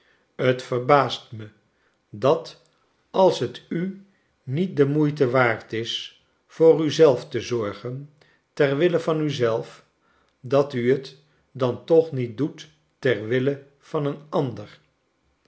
het verbaast me dat als het u niet de moeite waard is voor u zelf te zorgen ter wille van u zelf dat u t dan toch niet doet ter wille van een ander